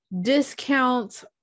discounts